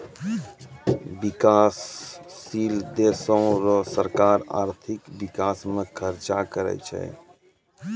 बिकाससील देसो रो सरकार आर्थिक बिकास म खर्च करै छै